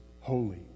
holy